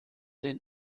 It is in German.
den